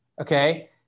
Okay